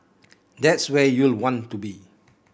that's where you'll want to be